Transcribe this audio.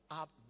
up